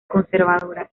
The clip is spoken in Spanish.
conservadora